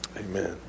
Amen